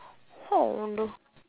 oh no